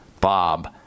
Bob